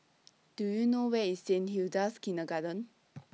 Do YOU know Where IS Saint Hilda's Kindergarten